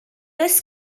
oes